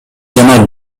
жана